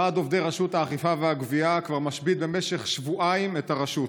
ועד עובדי רשות האכיפה והגבייה כבר משבית במשך שבועיים את הרשות.